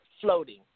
floating